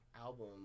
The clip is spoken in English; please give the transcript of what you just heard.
album